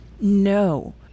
No